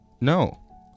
no